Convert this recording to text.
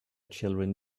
children